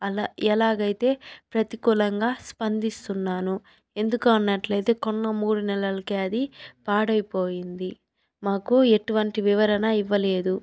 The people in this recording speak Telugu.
అలా ఎలాగైతే ప్రతికూలంగా స్పందిస్తున్నాను ఎందుకు అన్నట్లయితే కొన్న మూడు నెలలకే అది పాడైపోయింది మాకు ఎటువంటి వివరణ ఇవ్వలేదు